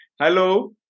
Hello